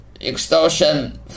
extortion